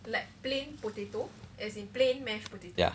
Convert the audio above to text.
ya